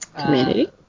community